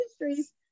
industries-